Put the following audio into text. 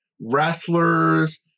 wrestlers